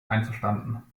einverstanden